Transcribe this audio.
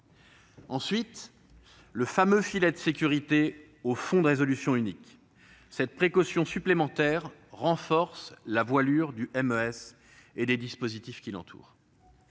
il crée le fameux filet de sécurité pour le Fonds de résolution unique. Cette précaution supplémentaire augmente la voilure du MES et des dispositifs qui l'entourent.